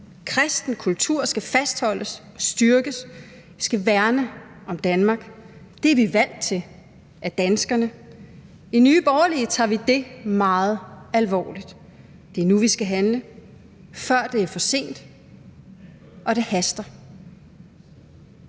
kristen kultur skal fastholdes og styrkes, vi skal værne om Danmark – det er vi valgt til af danskerne. I Nye Borgerlige tager vi det meget alvorligt. Det er nu, vi skal handle, før det er for sent, og det haster.